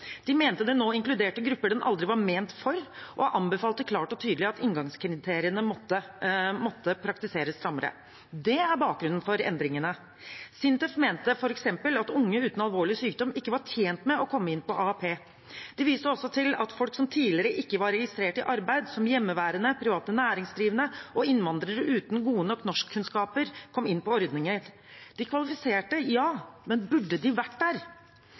De mente den nå inkluderte grupper den aldri var ment for, og anbefalte klart og tydelig at inngangskriteriene måtte praktiseres strammere. Det er bakgrunnen for endringene. SINTEF mente f.eks. at unge uten alvorlig sykdom ikke var tjent med å komme inn på AAP. De viste også til at folk som tidligere ikke var registrert i arbeid, som hjemmeværende, private næringsdrivende og innvandrere uten gode nok norskkunnskaper, kom inn på ordningen. De kvalifiserte, ja, men burde de vært der?